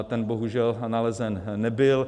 Ten bohužel nalezen nebyl.